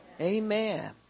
Amen